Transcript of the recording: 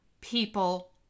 people